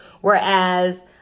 whereas